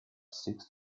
six